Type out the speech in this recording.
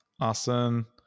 Awesome